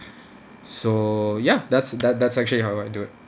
so ya that's that that's actually how I do it